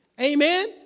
Amen